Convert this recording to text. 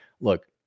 Look